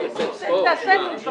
הצעת חוק